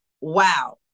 wow